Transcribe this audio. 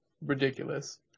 ridiculous